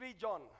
John